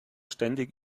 ständig